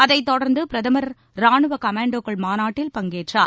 அதைத்தொடர்ந்து பிரதமர் ராணுவ கமாண்டர்கள் மாநாட்டில் பங்கேற்றார்